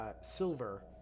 Silver